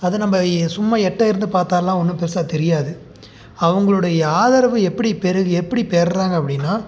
அதை நம்ம சும்மா எட்ட இருந்து பார்த்தாலாம் ஒன்றும் பெருசாக தெரியாது அவங்களுடைய ஆதரவு எப்படி பெறு எப்படி பெறுறாங்க அப்படின்னா